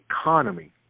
economy